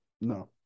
no